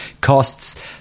costs